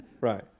Right